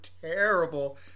terrible